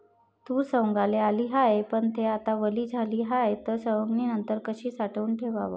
तूर सवंगाले आली हाये, पन थे आता वली झाली हाये, त सवंगनीनंतर कशी साठवून ठेवाव?